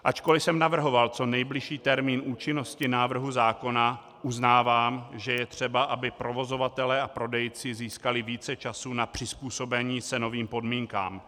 Ačkoli jsem navrhoval co nejbližší termín účinnosti návrhu zákona, uznávám, že je třeba, aby provozovatelé a prodejci získali více času na přizpůsobení se novým podmínkám.